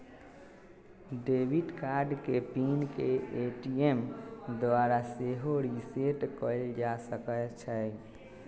debit card के PIN के ATM द्वारा सेहो रीसेट कएल जा सकै छइ